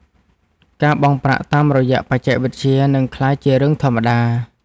ការបង់ប្រាក់តាមរយៈបច្ចេកវិទ្យា នឹងក្លាយជារឿងធម្មតា។